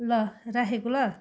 ल राखेको ल